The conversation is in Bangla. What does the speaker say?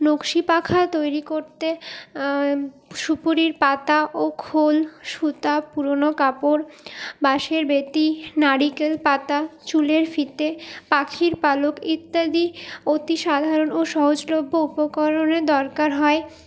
নকশি পাখা তৈরি করতে সুপুরির পাতা ও খোল সুতা পুরোনো কাপড় বাঁশের বেতি নারিকেল পাতা চুলের ফিতে পাখির পালক ইত্যাদি অতি সাধারণ ও সহজলভ্য উপকরণের দরকার হয়